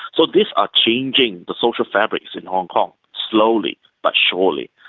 so these are changing the social fabric in hong kong slowly but surely.